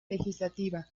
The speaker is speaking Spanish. legislativa